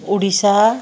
Odisha